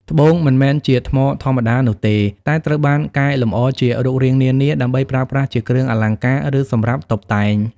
ត្បូងមិនមែនជាថ្មធម្មតានោះទេ តែត្រូវបានកែលម្អជារូបរាងនានា ដើម្បីប្រើប្រាស់ជាគ្រឿងអលង្ការ ឬសម្រាប់តុបតែង។